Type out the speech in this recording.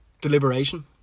deliberation